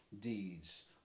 deeds